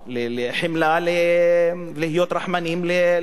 חמלה, להיות רחמנים לבעלי-חיים.